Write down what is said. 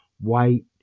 white